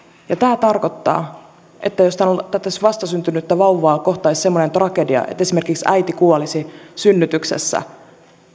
ja tämä tarkoittaa että jos tätä vastasyntynyttä vauvaa kohtaisi semmoinen tragedia että esimerkiksi äiti kuolisi synnytyksessä